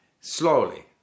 slowly